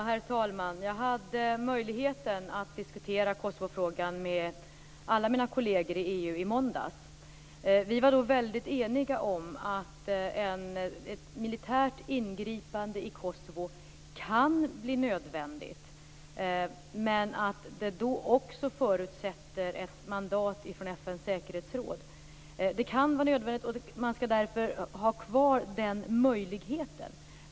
Herr talman! Jag hade möjligheten att diskutera Kosovofrågan med alla mina kolleger i EU i måndags. Vi var då väldigt eniga om att ett militärt ingripande i Kosovo kan bli nödvändigt, men att det då också förutsätter ett mandat från FN:s säkerhetsråd. Det kan vara nödvändigt, och man skall därför ha kvar den möjligheten.